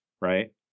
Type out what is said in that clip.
Right